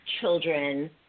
children